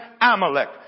Amalek